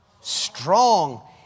strong